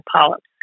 polyps